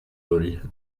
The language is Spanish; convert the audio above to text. origen